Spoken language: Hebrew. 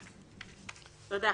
תודה.